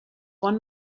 one